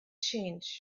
change